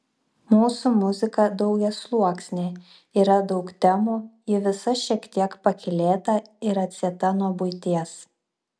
mūsų muzika daugiasluoksnė yra daug temų ji visa šiek tiek pakylėta ir atsieta nuo buities